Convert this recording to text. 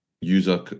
user